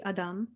Adam